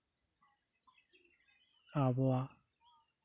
ᱟᱵᱚᱣᱟᱜ